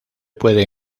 puede